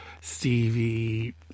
Stevie